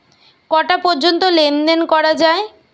কটা পর্যন্ত লেন দেন করা য়ায়?